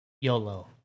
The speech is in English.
Yolo